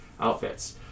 outfits